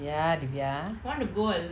ya ya